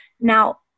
Now